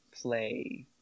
play